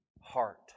heart